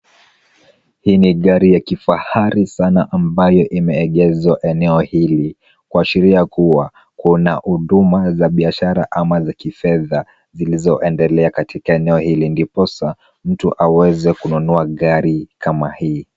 Hii ni gari ya kifahari sana ambayo imeegeshwa eneo hili kuashiria kua kuna huduma za biashara ama za kifedha zilizoendelea katika eneo hili ndiposa mtu aweze kununua gari kama hii.